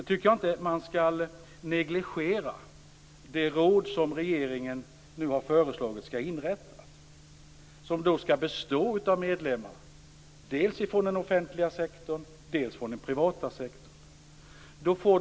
Jag tycker inte att man skall negligera det råd som regeringen nu har föreslagit skall inrättas. Det skall bestå av medlemmar dels från den offentliga sektorn, dels från den privata sektorn.